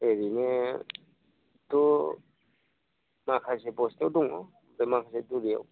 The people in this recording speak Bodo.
ओरैनोथ' माखासे बस्थायाव दङ ओमफ्राय माखासे दुलियाव